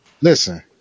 listen